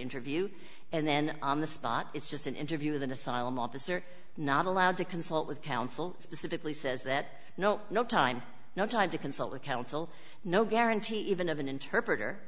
interview and then on the spot it's just an interview with an asylum officer not allowed to consult with counsel specifically says that no no time no time to consult with counsel no guarantee even of an interpreter